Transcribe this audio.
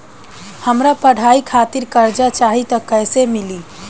हमरा पढ़ाई खातिर कर्जा चाही त कैसे मिली?